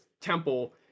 temple